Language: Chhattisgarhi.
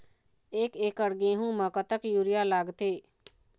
एक एकड़ गेहूं म कतक यूरिया लागथे?